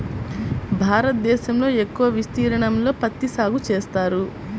భారతదేశంలో ఎక్కువ విస్తీర్ణంలో పత్తి సాగు చేస్తారు